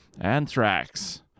anthrax